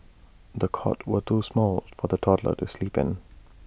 the cot was too small for the toddler to sleep in